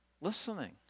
listening